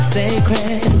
sacred